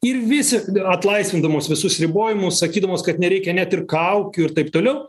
ir visi atlaisvindamos visus ribojimus sakydamos kad nereikia net ir kaukių ir taip toliau